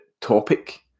topic